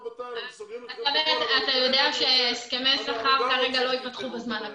אתה יודע שהסכמי שכר כרגע לא ייפתחו בזמן הקרוב.